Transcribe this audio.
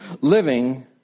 living